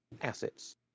Assets